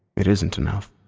it isn't enough,